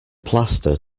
plaster